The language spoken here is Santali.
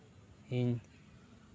ᱤᱧ